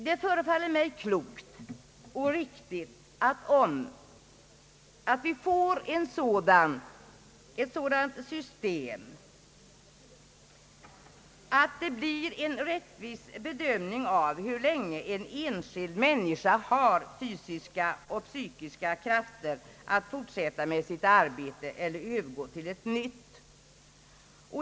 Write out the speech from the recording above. Det förefaller mig klokt och riktigt att vi får ett sådant system att en rättvis bedömning kan göras av hur länge en enskild människa har fysiska och psykiska krafter att fortsätta sitt arbete eller övergå till ett nytt.